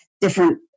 different